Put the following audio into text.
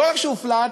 ולא רק שהוא flat,